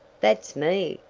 that's me!